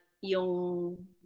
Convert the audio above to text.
yung